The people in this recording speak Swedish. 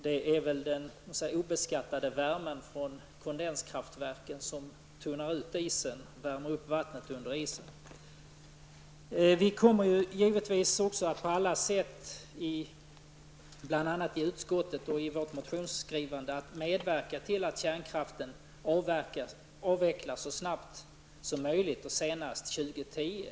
Det är väl den obeskattade värmen från kondenskraftverken som värmer upp vattnet under isen och tunnar ut den. Vänsterpartiet kommer givetvis på alla sätt, bl.a. i utskottet och i vårt motionsskrivande, att medverka till att kärnkraften avvecklas så snabbt som möjligt och senast år 2010.